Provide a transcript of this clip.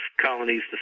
colonies